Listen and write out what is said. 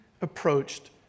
approached